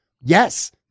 Yes